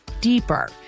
deeper